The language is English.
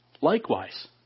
likewise